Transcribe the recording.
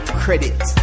credit